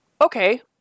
Okay